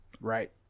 Right